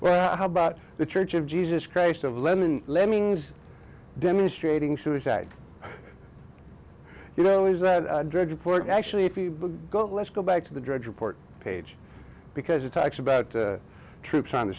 well how about the church of jesus christ of lenin lemmings demonstrating suicide you know is that drudge report actually if you go let's go back to the drudge report page because it talks about troops on the